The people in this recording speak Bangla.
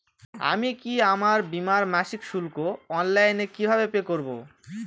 আমি কি আমার বীমার মাসিক শুল্ক অনলাইনে কিভাবে পে করব?